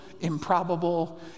improbable